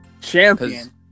Champion